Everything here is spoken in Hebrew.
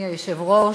אדוני היושב-ראש,